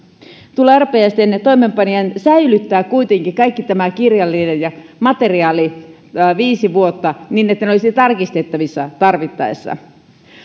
tulee arpajaisten toimeenpanijan säilyttää kuitenkin kaikki tämä kirjallinen materiaali viisi vuotta niin että ne olisivat tarkistettavissa tarvittaessa